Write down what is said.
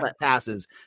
passes